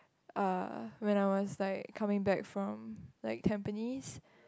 uh when I was like coming back from like Tampines